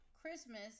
Christmas